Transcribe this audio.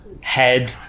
head